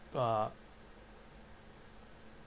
uh